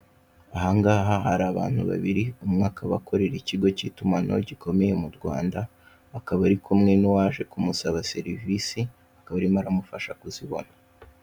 Ahangaha hari abantu babiri, umwe akaba akorera ikigo cy'itumanaho gikomeye mu rwanda. Akaba ari kumwe n'uwaje kumusaba serivisi akaba aririmo amufasha kuzibona.